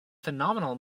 phenomenal